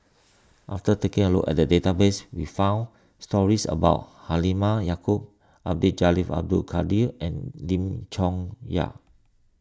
after taking a look at the database we found stories about Halimah Yacob Abdul Jalil Abdul Kadir and Lim Chong Yah